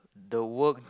the work